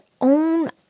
own